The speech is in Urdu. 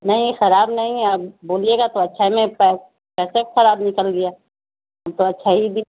نہیں خراب نہیں اب بولیے گا تو اچھا میں کیسے خراب نکل گیا ہم تو اچھا ہی